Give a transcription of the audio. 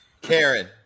Karen